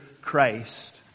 Christ